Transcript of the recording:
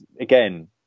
again